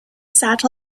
sat